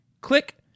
Click